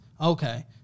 okay